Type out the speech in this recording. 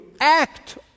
act